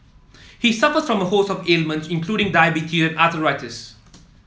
he suffers from a host of ailments including diabetes and arthritis